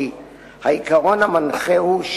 כי העיקרון המנחה הוא,